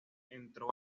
entró